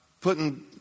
putting